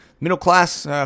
middle-class